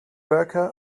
worker